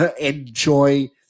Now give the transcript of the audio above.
enjoy